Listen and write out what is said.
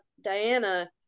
Diana